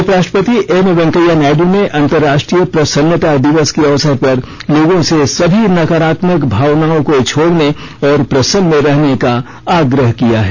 उपराष्ट्रपति एम वेंकैया नायड ने अंतर्राष्ट्रीय प्रसन्नता दिवस के अवसर पर लोगों से सभी नकारात्मक भावनाओं को छोड़ने और प्रसन्न रहने का आग्रह किया है